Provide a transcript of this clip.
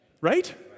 Right